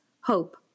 hope